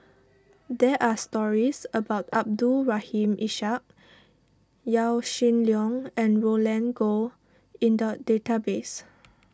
there are stories about Abdul Rahim Ishak Yaw Shin Leong and Roland Goh in the database